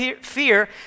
fear